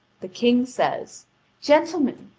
the king says gentlemen,